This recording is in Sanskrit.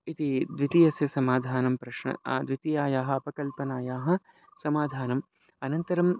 इति द्वितीयस्य समाधानं प्रश्न द्वितीयायाः अपकल्पनायाः समाधानम् अनन्तरं